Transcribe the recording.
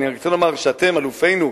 אני רוצה לומר שאתם אלופינו,